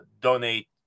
donate